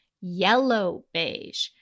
yellow-beige